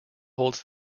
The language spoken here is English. holds